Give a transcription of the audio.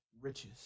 riches